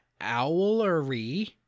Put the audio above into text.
Owlery